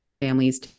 families